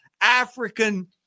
African